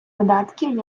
видатків